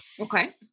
Okay